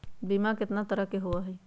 बीमा केतना तरह के होइ?